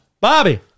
Bobby